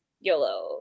yolo